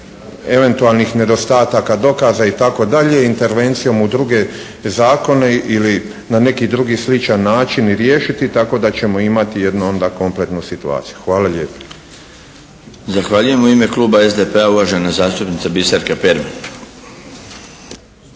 eventualnih nedostataka dokaza i tako dalje, intervencijom u druge zakone ili na neki drugi sličan način i riješiti tako da ćemo imati jednu onda kompletnu situaciju. Hvala lijepa. **Milinović, Darko (HDZ)** Zahvaljujem. U ime Kluba SDP-a uvažena zastupnica Biserka Perman.